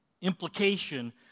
Implication